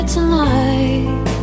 Tonight